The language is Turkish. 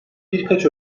birkaç